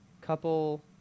Couple